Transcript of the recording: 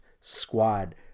squad